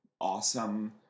awesome